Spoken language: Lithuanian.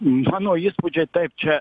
mano įspūdžiai taip čia